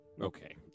Okay